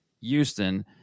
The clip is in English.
Houston